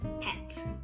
pet